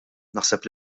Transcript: naħseb